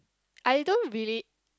I don't really